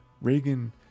Reagan